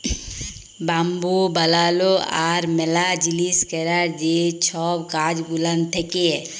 bamboo বালালো আর ম্যালা জিলিস ক্যরার যে ছব কাজ গুলান থ্যাকে